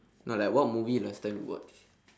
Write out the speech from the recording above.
no like what movie last time you watch